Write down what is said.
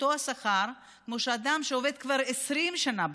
אותו השכר כמו אדם שעובד כבר 20 שנה בתחום.